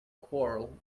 choral